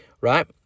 right